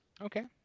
Okay